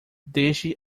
desde